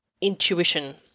intuition